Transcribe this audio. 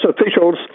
officials